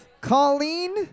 Colleen